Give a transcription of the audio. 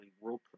world